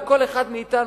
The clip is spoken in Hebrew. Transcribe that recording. כל אחד מאתנו,